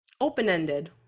open-ended